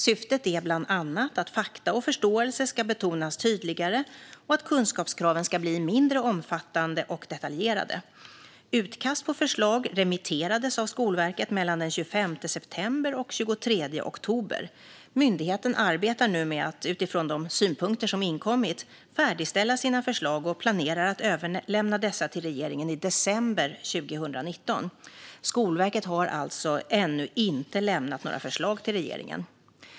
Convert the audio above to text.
Syftet är bland annat att fakta och förståelse ska betonas tydligare och att kunskapskraven ska bli mindre omfattande och detaljerade. Utkast på förslag remitterades av Skolverket mellan den 25 september och den 23 oktober. Myndigheten arbetar nu med att, utifrån de synpunkter som inkommit, färdigställa sina förslag och planerar att överlämna dessa till regeringen i december 2019. Skolverket har alltså ännu inte lämnat några förslag till regeringen.